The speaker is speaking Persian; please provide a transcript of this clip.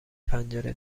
پنجره